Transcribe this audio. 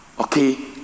okay